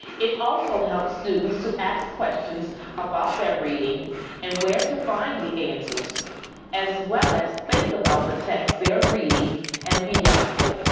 it also helps students to ask questions about their reading and where to find the answers as well as think about the text they are reading and beyond it.